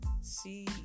see